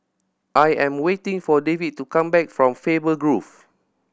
I am waiting for David to come back from Faber Grove